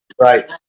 Right